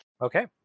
Okay